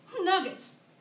Nuggets